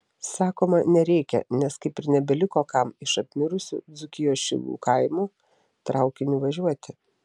sakoma nereikia nes kaip ir nebeliko kam iš apmirusių dzūkijos šilų kaimų traukiniu važiuoti